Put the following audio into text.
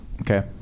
Okay